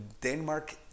Denmark